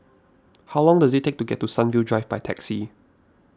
how long does it take to get to Sunview Drive by taxi